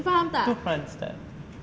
itu front stab